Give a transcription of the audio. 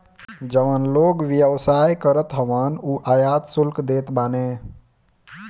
जवन लोग व्यवसाय करत हवन उ आयात शुल्क देत बाने